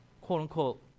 quote-unquote